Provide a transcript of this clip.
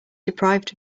deprived